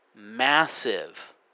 Massive